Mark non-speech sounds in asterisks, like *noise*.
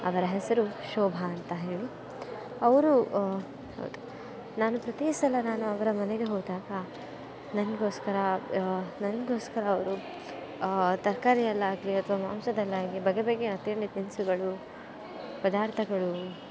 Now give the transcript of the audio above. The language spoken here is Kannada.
ಅವರ ಹೆಸರು ಶೋಭಾ ಅಂತ ಹೇಳಿ ಅವರು *unintelligible* ನಾನು ಪ್ರತೀ ಸಲ ನಾನು ಅವರ ಮನೆಗೆ ಹೋದಾಗ ನನಗೋಸ್ಕರ ನನಗೋಸ್ಕರ ಅವರು ತರಕಾರಿಯಲ್ಲಾಗ್ಲಿ ಅಥವಾ ಮಾಂಸದಲ್ಲಾಗ್ಲಿ ಬಗೆ ಬಗೆಯ ತಿಂಡಿ ತಿನಿಸುಗಳು ಪದಾರ್ಥಗಳು